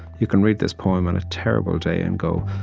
you can read this poem on a terrible day and go,